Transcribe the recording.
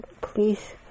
please